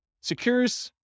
secures